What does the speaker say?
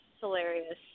hilarious